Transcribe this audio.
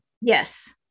Yes